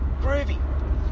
groovy